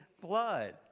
blood